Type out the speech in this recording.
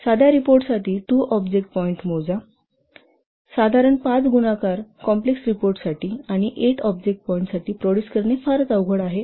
साध्या रिपोर्टसाठी 2 object point मोजा साधारण 5 गुणाकार कॉम्प्लेक्स रिपोर्टसाठी आणि 8 ऑब्जेक्ट पॉइंट्ससाठी प्रोड्युस करणे फारच अवघड आहे